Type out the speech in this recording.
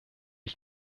ich